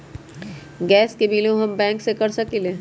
Gas के बिलों हम बैंक से कैसे कर सकली?